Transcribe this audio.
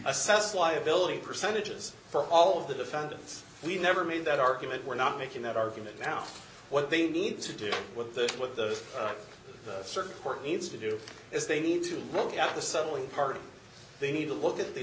assess liability percentages for all of the defendants we've never made that argument we're not making that argument now what they need to do with those with those certain court needs to do is they need to look at the subtly part they need to look at the